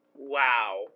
Wow